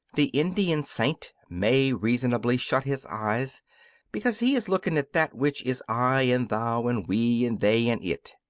the indian saint may reasonably shut his eyes because he is looking at that which is i and thou and we and they and it.